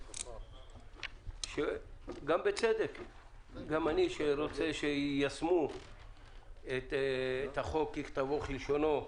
גם אני רוצה שיישמו את החוק ככתבו וכלשונו.